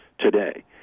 today